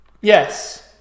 Yes